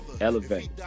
Elevate